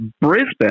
Brisbane